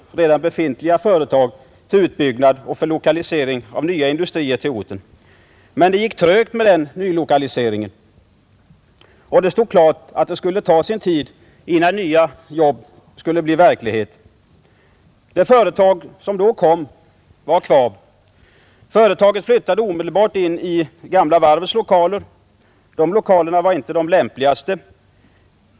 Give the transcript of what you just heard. erfarenheterna befintliga företag till utbyggnad och för lokalisering av nya industrier till 4v försöken att vidga orten. Men det gick trögt med denna nylokalisering, och det stod klart den statliga företagatt det skulle ta sin tid innan nya jobb skulle bli verklighet. samheten Det företag som då kom var KVAB. Företaget flyttade omedelbart in i gamla varvets lokaler. Dessa lokaler var inte de lämpligaste.